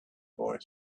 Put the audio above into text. boy